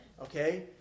Okay